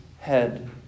head